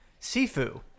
sifu